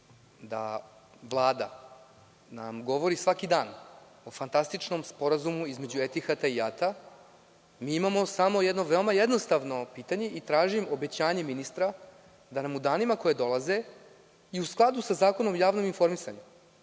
nam Vlada govori svaki dan o fantastičnom Sporazumu između Etihada i JAT, mi imamo samo jedno veoma jednostavno pitanje i tražim obećanje ministra da nam u danima koji dolaze i u skladu sa Zakonom o javnom informisanju,